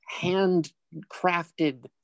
handcrafted